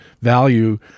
value